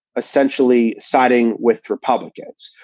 essentially siding with republicans.